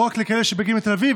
לא רק אלה שמגיעים לתל אביב,